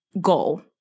goal